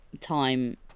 time